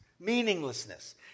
meaninglessness